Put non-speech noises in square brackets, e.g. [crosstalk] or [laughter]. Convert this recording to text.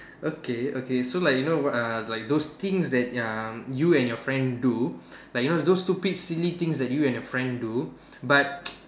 okay okay so like you know what uh like those things that ya you and your friends do like you know those stupid silly things that you and your friends do but [noise]